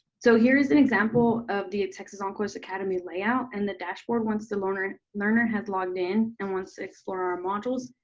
so here's an example of the texas oncourse academy layout, and the dashboard, once the learner learner has logged in and wants to explore our modules,